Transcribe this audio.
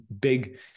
big